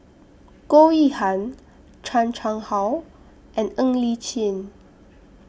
Goh Yihan Chan Chang How and Ng Li Chin